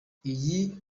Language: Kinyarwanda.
iyi